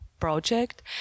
project